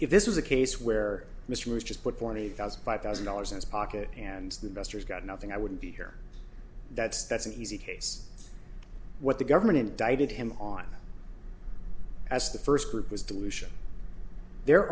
if this was a case where mr was just put forty thousand five thousand dollars as pocket and investors got nothing i wouldn't be here that's that's an easy case what the government indicted him on as the first group was dilution their